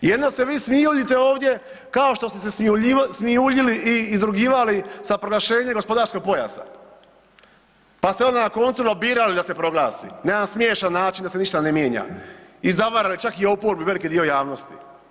Jedino se vi smijuljite ovdje kao što ste se smijuljili i izrugivali sa proglašenjem gospodarskog pojasa, pa ste onda na koncu lobirali da se proglasi na jedan smiješan način da se ništa ne mijenja i zavarali čak i oporbu i veliki dio javnosti.